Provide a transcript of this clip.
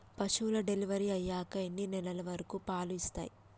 పశువులు డెలివరీ అయ్యాక ఎన్ని నెలల వరకు పాలు ఇస్తాయి?